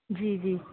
जी जी